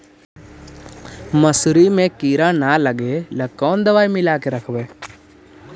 मसुरी मे किड़ा न लगे ल कोन दवाई मिला के रखबई?